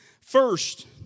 first